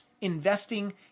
investing